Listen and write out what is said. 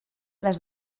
les